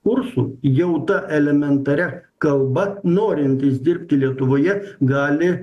kursų jau ta elementaria kalba norintys dirbti lietuvoje gali